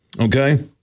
Okay